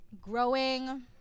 Growing